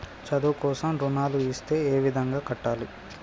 చదువు కోసం రుణాలు ఇస్తే ఏ విధంగా కట్టాలి?